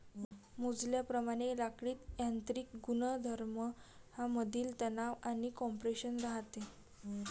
मोजल्याप्रमाणे लाकडीत यांत्रिक गुणधर्मांमधील तणाव आणि कॉम्प्रेशन राहते